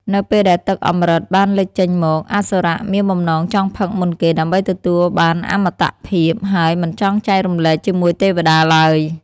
នៅពេលដែលទឹកអម្រឹតបានលេចចេញមក អសុរៈមានបំណងចង់ផឹកមុនគេដើម្បីទទួលបានអមតភាព ហើយមិនចង់ចែករំលែកជាមួយទេវតាឡើយ។ ។